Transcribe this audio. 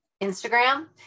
Instagram